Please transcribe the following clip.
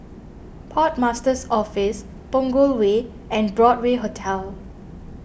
Port Master's Office Punggol Way and Broadway Hotel